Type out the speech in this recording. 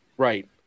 Right